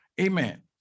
Amen